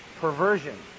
perversion